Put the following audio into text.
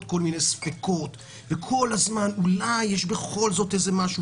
כל מיני ספקות ואולי יש בכל זאת משהו,